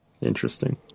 Interesting